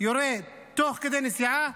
יורה תוך כדי נסיעה